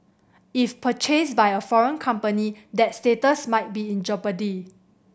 if purchased by a foreign company that status might be in jeopardy